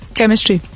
chemistry